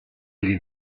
gli